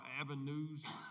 avenues